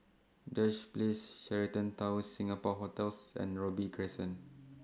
Duchess Place Sheraton Towers Singapore hotels and Robey Crescent